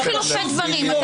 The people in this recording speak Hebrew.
אין חילופי דברים.